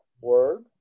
word